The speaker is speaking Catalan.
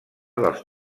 dels